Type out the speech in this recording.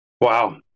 Wow